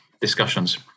discussions